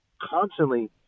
constantly